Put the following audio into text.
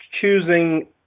choosing